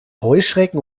heuschrecken